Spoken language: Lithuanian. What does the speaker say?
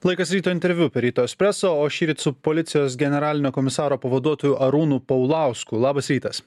laikas ryto interviu per ryto espreso o šįryt su policijos generalinio komisaro pavaduotoju arūnu paulausku labas rytas